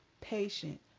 patient